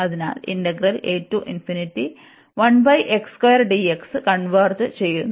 അതിനാൽ കൺവെർജ് ചെയ്യുന്നു